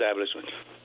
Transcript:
establishment